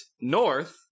north